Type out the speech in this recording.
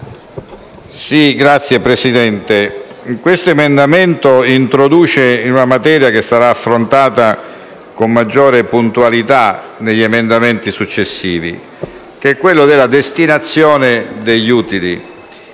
Signora Presidente, questo emendamento introduce una materia che sarà affrontata con maggiore puntualità negli emendamenti successivi, ovvero la destinazione degli utili.